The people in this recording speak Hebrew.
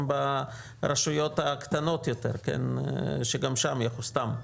גם ברשויות הקטנות יותר כמו סתם,